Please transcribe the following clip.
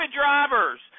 drivers